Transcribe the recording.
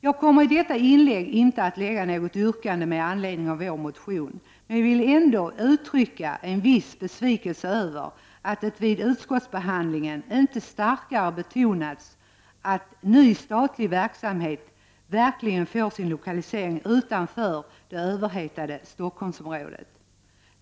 Jag kommer i detta inlägg inte att lägga fram något yrkande med anledning av vår motion, men jag vill ändå uttrycka en viss besvikelse över att det vid utskottsbehandlingen inte starkare har betonats att ny statlig verksamhet verkligen skall få sin lokalisering utanför det överhettade Stockholmsområdet.